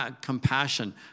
compassion